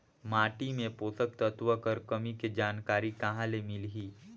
माटी मे पोषक तत्व कर कमी के जानकारी कहां ले मिलही?